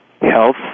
health